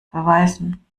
beweisen